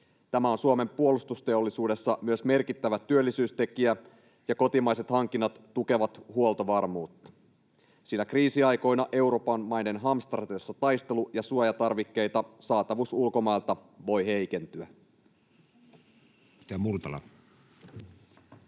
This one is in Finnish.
Tämä on Suomen puolustusteollisuudessa myös merkittävä työllisyystekijä, ja kotimaiset hankinnat tukevat huoltovarmuutta, sillä kriisiaikoina Euroopan maiden hamstratessa taistelu‑ ja suojatarvikkeita saatavuus ulkomailta voi heikentyä.